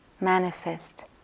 manifest